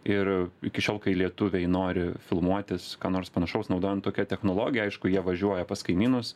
ir iki šiol kai lietuviai nori filmuotis ką nors panašaus naudojant tokią technologiją aišku jie važiuoja pas kaimynus